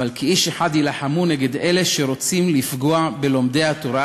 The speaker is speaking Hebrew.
וכאיש אחד יילחמו נגד אלה שרוצים לפגוע בלומדי התורה,